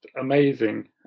amazing